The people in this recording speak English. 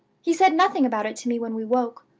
he said nothing about it to me when we woke,